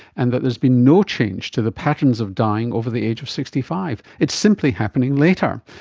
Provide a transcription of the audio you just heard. and that there has been no change to the patterns of dying over the age of sixty five, it's simply happening later.